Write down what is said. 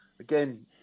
again